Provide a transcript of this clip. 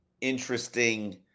interesting